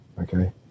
okay